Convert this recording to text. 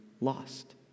lost